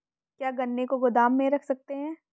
क्या गन्ने को गोदाम में रख सकते हैं?